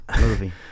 movie